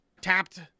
tapped –